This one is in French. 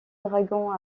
dragon